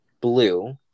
blue